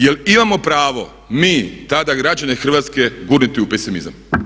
Jel' imamo pravo mi tada građane Hrvatske gurnuti u pesimizam?